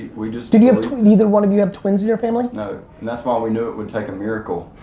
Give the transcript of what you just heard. we just do you have, either one of you have twins in your family? no, and that's why we knew it would take a miracle.